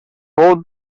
fou